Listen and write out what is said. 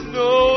no